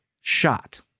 shot